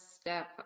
step